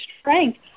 strength